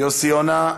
יוסי יונה,